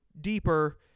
deeper